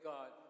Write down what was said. God